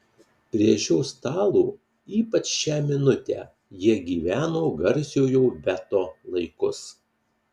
prie šio stalo ypač šią minutę jie gyveno garsiojo veto laikus